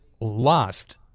lost